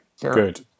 good